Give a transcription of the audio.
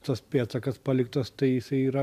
tas pėdsakas paliktas tai jisai yra